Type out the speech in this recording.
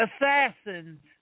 assassins